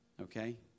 okay